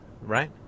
right